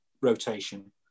rotation